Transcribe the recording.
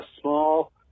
small